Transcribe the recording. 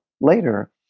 later